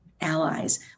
allies